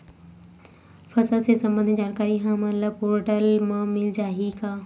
फसल ले सम्बंधित जानकारी हमन ल ई पोर्टल म मिल जाही का?